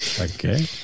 Okay